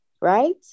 right